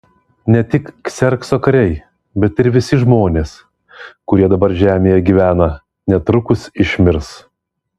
ne tik kserkso kariai bet ir visi žmonės kurie dabar žemėje gyvena netrukus išmirs